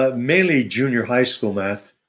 ah mainly junior high school math.